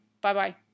Bye-bye